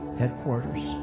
headquarters